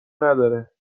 نداره